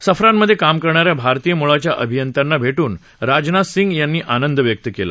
सफ्रानमध्ये काम करणाऱ्या भारतीय मूळाच्या अभियंत्यांना भेपून राजनाथ सिंग यांनी आनंद व्यक्त केला